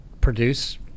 produce